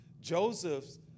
Joseph's